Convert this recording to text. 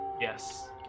Yes